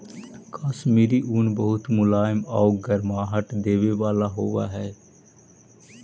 कश्मीरी ऊन बहुत मुलायम आउ गर्माहट देवे वाला होवऽ हइ